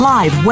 Live